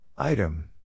Item